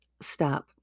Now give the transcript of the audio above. stop